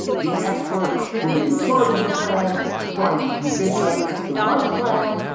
the expert who is in charge of the plan trying to convince us it's the right plan.